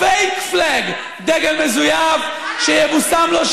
ה-fake flag, דגל מזויף, חלאס, שיבושם לו.